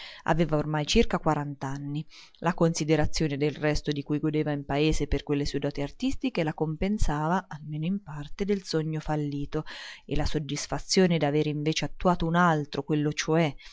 aveva ormai circa quarant'anni la considerazione del resto di cui godeva in paese per quelle sue doti artistiche la compensavano almeno in parte del sogno fallito e la soddisfazione d'averne invece attuato un altro quello cioè